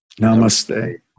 Namaste